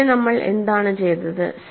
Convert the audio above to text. പിന്നെ നമ്മൾ എന്താണ് ചെയ്തത്